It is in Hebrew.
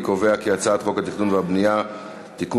אני קובע כי הצעת חוק התכנון והבנייה (תיקון,